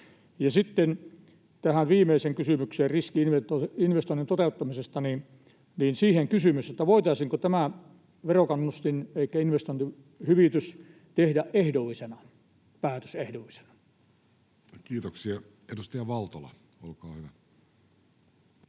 sitten tähän viimeiseen kysymykseen riski-investoinnin toteuttamisesta kysymys, että voitaisiinko tämä verokannustin, elikkä investointihyvitys, tehdä ehdollisena, päätös ehdollisena. [Speech 386] Speaker: